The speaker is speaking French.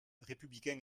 républicain